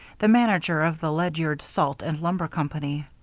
the manager of the ledyard salt and lumber company.